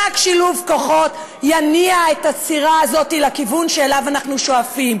רק שילוב כוחות יניע את הסירה הזאת לכיוון שאליו אנחנו שואפים.